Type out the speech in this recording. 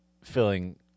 filling